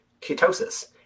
ketosis